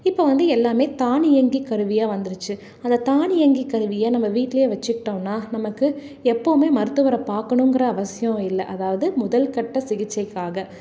இப்போ வந்து எல்லாமே தானியங்கி கருவியாக வந்திருச்சு அந்த தானியங்கி கருவியை நம்ம வீட்டிலையே வச்சுக்கிட்டோனால் நமக்கு எப்போவுமே மருத்துவரை பார்க்கணுங்குற அவசியம் இல்லை அதாவது முதல் கட்ட சிகிச்சைக்காக